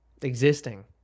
existing